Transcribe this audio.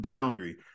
boundary